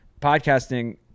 podcasting